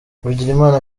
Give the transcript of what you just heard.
bigirimana